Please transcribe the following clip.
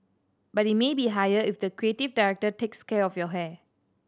but it may be higher if the creative director takes care of your hair